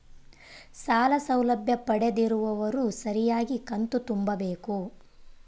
ಸಾಲ ಸೌಲಭ್ಯ ಪಡೆದಿರುವವರು ಸರಿಯಾಗಿ ಕಂತು ತುಂಬಬೇಕು?